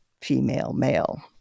female-male